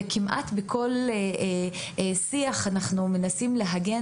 וכמעט בכל שיח אנחנו מנסים להגן,